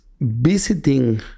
visiting